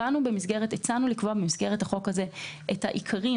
הצענו לקבוע במסגרת החוק הזה את העיקרים